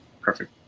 perfect